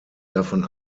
davon